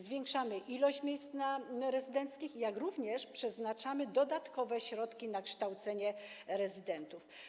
Zwiększamy liczbę miejsc rezydenckich, jak również przeznaczamy dodatkowe środki na kształcenie rezydentów.